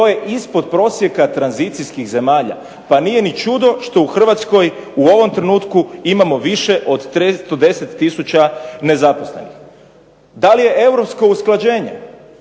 to je ispod prosjeka tranzicijskih zemalja. Pa nije ni čudo što u Hrvatskoj u ovom trenutku imamo više od 310 tisuća nezaposlenih. Da li je europsko usklađenje,